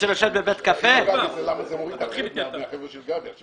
מוריד את האחריות מהחבר'ה של גבי.